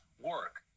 work